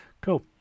Cool